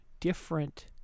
different